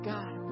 God